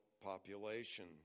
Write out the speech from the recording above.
population